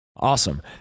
Awesome